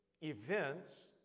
events